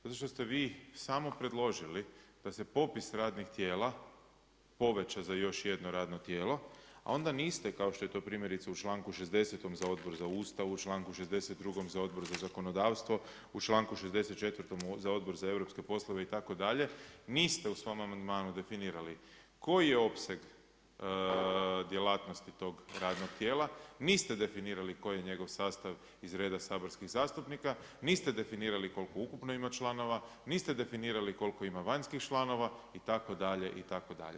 Zato što ste vi samo predložili da se popis radnih tijela poveća za još jedno radno tijelo a onda niste kao što je to primjerice u članku 60. za Odbor za Ustav, u članku 62. za Odbor za zakonodavstvo, u članku 64. za Odbor za europske poslove itd., niste u svom amandmanu definirali koji je opseg djelatnosti tog radnog tijela, niste definirali koji je njegov sastav iz reda saborskih zastupnika, niste definirali koliko ukupno ima članova, niste definirali koliko ima vanjskih članova itd., itd.